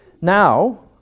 Now